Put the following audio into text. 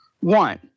One